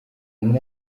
muri